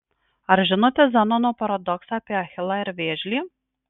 ar žinote zenono paradoksą apie achilą ir vėžlį